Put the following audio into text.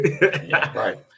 right